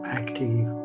active